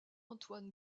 antoine